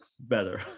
better